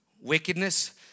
wickedness